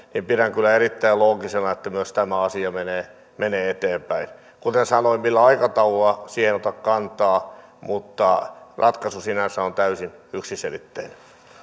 pidän kyllä erittäin loogisena että myös tämä asia menee menee eteenpäin kuten sanoin millä aikataululla siihen en ota kantaa mutta ratkaisu sinänsä on täysin yksiselitteinen